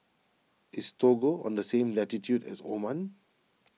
is Togo on the same latitude as Oman